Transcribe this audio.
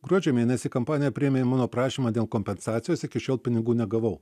gruodžio mėnesį kampanija priėmė mano prašymą dėl kompensacijos iki šiol pinigų negavau